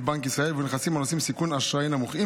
בנק ישראל ובנכסים הנושאים סיכון אשראי נמוך.